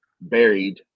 buried